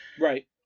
Right